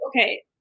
okay